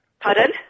Pardon